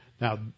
Now